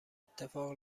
اتفاق